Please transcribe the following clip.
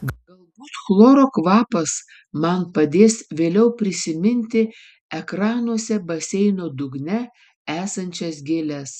galbūt chloro kvapas man padės vėliau prisiminti ekranuose baseino dugne esančias gėles